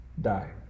Die